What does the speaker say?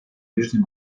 ближнем